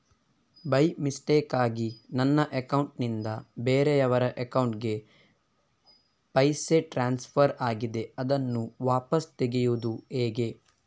By ಮಿಸ್ಟೇಕಾಗಿ ನನ್ನ account ನಿಂದ ಬೇರೆಯವರ ಅಕೌಂಟ್ ಗೆ ಪೈಸೆ ಟ್ರಾನ್ಸ್ಫರ್ ಆಗಿದೆ ಅದನ್ನು ವಾಪಸ್ ತೆಗೆಯೂದು ಹೇಗೆ?